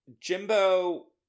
Jimbo